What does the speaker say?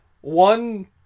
one